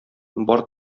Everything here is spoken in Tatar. бар